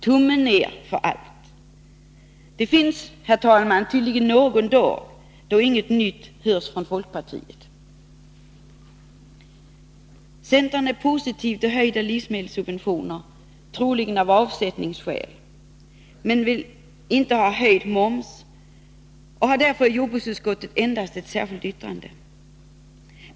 Tummen ner för allt. Det finns, herr talman, tydligen någon dag då inget nytt hörs från folkpartiet. Centern är — troligen av avsättningsskäl — positiv till livsmedelssubventioner, men vill inte ha höjd moms och har därför i jordbruksutskottet endast ett särskilt yttrande.